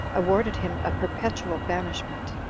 awarded him a perpetual banishment,